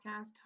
podcast